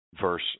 verse